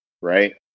right